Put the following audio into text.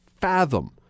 fathom